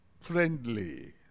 friendly